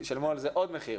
שילמו על זה עוד מחיר.